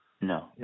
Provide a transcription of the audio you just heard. No